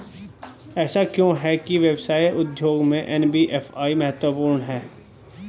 ऐसा क्यों है कि व्यवसाय उद्योग में एन.बी.एफ.आई महत्वपूर्ण है?